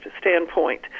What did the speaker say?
standpoint